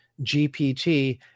GPT